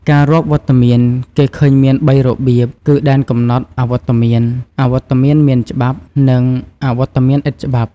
ការរាប់វត្តមានគេឃើញមានបីរបៀបគឺ ដែនកំណត់អវត្តមាន អវត្តមានមានច្បាប់ និង អវត្តមានឥតច្បាប់ ។